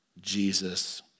Jesus